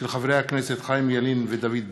של חברי הכנסת חיים ילין ודוד ביטן.